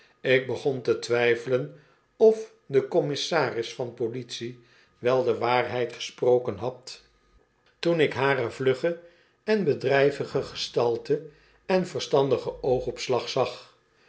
ik begon te twijfelen of de commissaris van politie wel de waarheid gesproken had toen ik hare vlugge en bedrijvige gestalte en verstandigen oogopslag zag